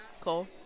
Cool